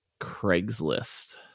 Craigslist